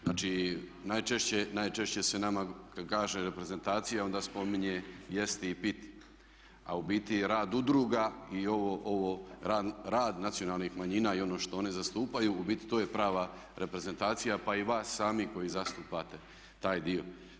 Znači najčešće, najčešće se nema kad kaže reprezentacija onda spominje jesti i piti, a u biti rad udruga i ovo rad nacionalnih manjina i ono što oni zastupaju u biti to je prava reprezentacija pa i vas sami koji zastupate taj dio.